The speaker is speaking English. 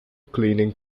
cleaning